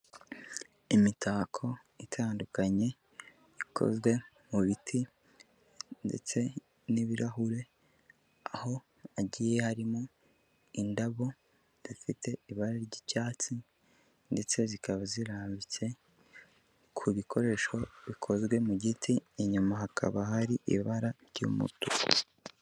Imitako itandukanye ikozwe mu biti ndetse n'ibirahure, aho hagiye harimo indabo zifite ibara ry'icyatsi ndetse zikaba zirambitse ku bikoresho bikozwe mu giti, inyuma hakaba hari ibara ry'umutuku.